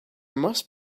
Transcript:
must